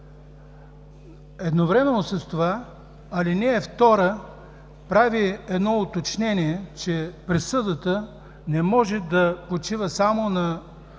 Едновременно с това ал. 2 прави уточнение, че присъдата не може да почива само на